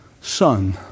son